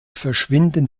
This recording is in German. verschwinden